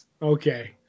Okay